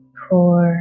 four